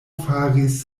faris